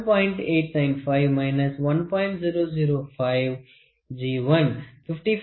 005 G1 55